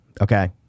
Okay